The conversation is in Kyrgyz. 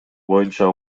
боюнча